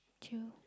true